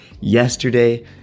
yesterday